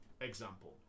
example